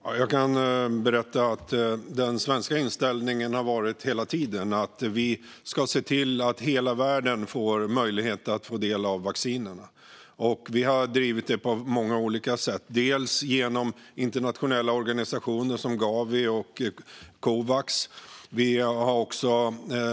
Fru talman! Jag kan berätta att den svenska inställningen hela tiden har varit att vi ska se till att hela världen får möjlighet att ta del av vaccinerna. Vi har drivit det på många olika sätt, bland annat genom internationella organisationer som Gavi och Covax. Vi har